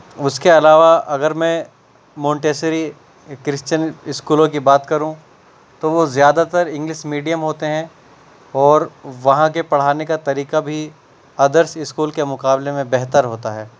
اس کے علاوہ اگر میں مانٹیسری کرشچین اسکولوں کی بات کروں تو وہ زیادہ تر انگلش میڈیم ہوتے ہیں اور وہاں کے پڑھانے کا طریقہ بھی ادرس اسکول کے مقابلے میں بہتر ہوتا ہے